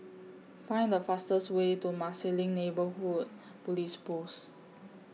Find The fastest Way to Marsiling Neighbourhood Police Post